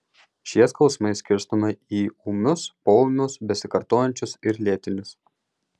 šie skausmai skirstomi į ūmius poūmius besikartojančius ir lėtinius